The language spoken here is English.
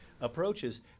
approaches